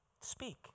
speak